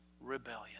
rebellion